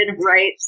right